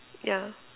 yeah